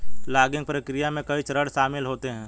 logging प्रक्रिया में कई चरण शामिल होते है